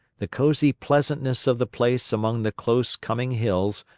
the cosy pleasantness of the place among the close-coming hills,